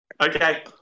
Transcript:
okay